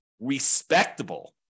respectable